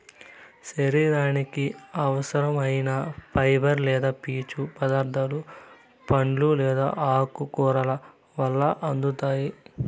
శరీరానికి అవసరం ఐన ఫైబర్ లేదా పీచు పదార్థాలు పండ్లు లేదా ఆకుకూరల వల్ల అందుతాయి